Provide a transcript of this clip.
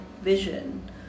vision